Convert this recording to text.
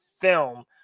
film